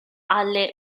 alle